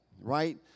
right